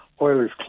Oilers